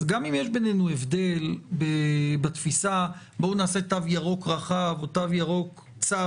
אז גם אם יש בינינו הבדל בתפיסה בואו נעשה תו ירוק רחב או תו ירוק צר,